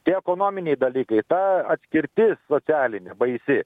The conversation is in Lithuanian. tie ekonominiai dalykai ta atskirtis socialinė baisi